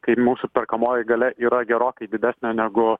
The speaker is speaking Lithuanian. kaip mūsų perkamoji galia yra gerokai didesnė negu